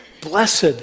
blessed